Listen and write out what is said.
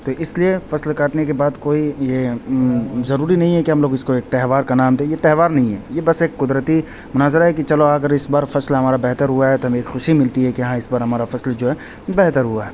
تو اس لیے فصل کاٹنے کے بعد کوئی یہ ضروری نہیں ہے کہ ہم لوگ اس کو ایک تہوار کا نام دیں یہ تہوار نہیں ہے یہ بس ایک قدرتی مناظرہ ہے کہ چلو اگر اس بار فصل ہمارا بہتر ہوا ہے تو ہمیں ایک خوشی ملتی ہے کہ ہاں اس بار ہمارا فصل جو ہے بہتر ہوا ہے